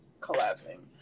collapsing